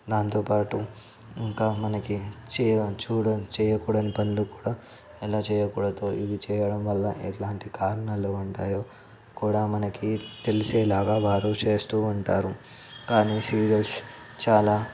దాంతో పాటు ఇంకా మనకి చేయని చూడని చేయకూడని పనులు కూడా ఎలా చేయకూడదు ఇది చేయడం వల్ల ఎలాంటి కారణాలు ఉంటాయో కూడా మనకి తెలిసేలాగా వారు చేస్తూ ఉంటారు కానీ సీరియల్స్ చాలా